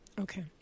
Okay